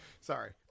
sorry